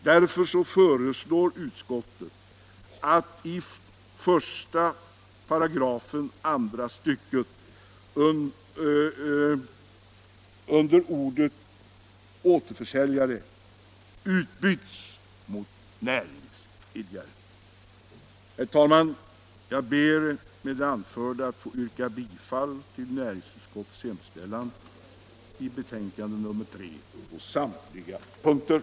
Därför föreslår utskottet att i I § andra stycket ordet återförsäljare utbyts mot näringsidkare. Herr talman! Jag ber med det anförda att få yrka bifall till samtliga punkter i näringsutskottets hemställan i betänkandet nr 3.